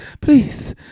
please